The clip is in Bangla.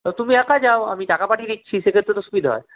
তো তুমি একা যাও আমি টাকা পাঠিয়ে দিচ্ছি সেক্ষেত্রে তো সুবিধা হয়